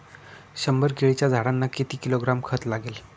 शंभर केळीच्या झाडांना किती किलोग्रॅम खत लागेल?